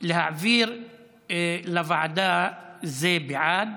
להעביר לוועדה זה בעד,